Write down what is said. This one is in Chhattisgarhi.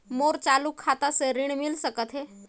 मोर चालू खाता से ऋण मिल सकथे?